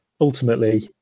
Ultimately